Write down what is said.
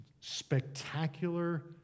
spectacular